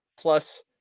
Plus